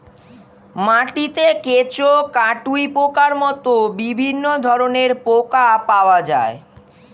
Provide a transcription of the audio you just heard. মাটিতে কেঁচো, কাটুই পোকার মতো বিভিন্ন ধরনের পোকা পাওয়া যায়